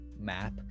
map